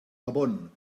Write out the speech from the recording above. gabon